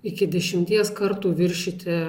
iki dešimties kartų viršyti